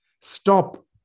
Stop